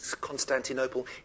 Constantinople